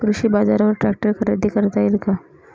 कृषी बाजारवर ट्रॅक्टर खरेदी करता येईल का?